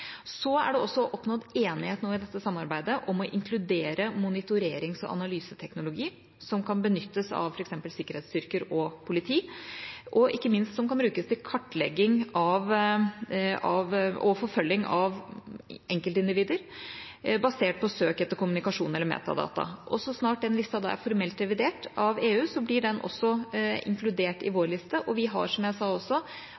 Så er det nå også oppnådd enighet i dette samarbeidet om å inkludere monitorerings- og analyseteknologi, som kan benyttes av f.eks. sikkerhetsstyrker og politi, og som ikke minst kan brukes til kartlegging og forfølging av enkeltindivider basert på søk etter kommunikasjon eller metadata. Så snart den lista er formelt revidert av EU, blir den også inkludert i